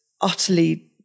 Utterly